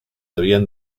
havien